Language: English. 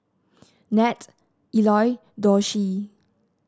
Nat Eloy Dulcie